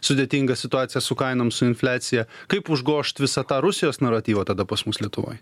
sudėtinga situacija su kainom su infliacija kaip užgožt visą tą rusijos naratyvą tada pas mus lietuvoj